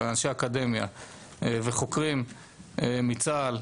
אנשי אקדמיה וחוקרים מצה"ל,